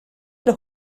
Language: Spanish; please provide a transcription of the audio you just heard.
los